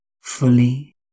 fully